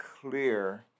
clear